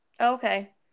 okay